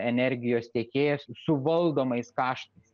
energijos tiekėjas su valdomais kraštas